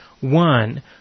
one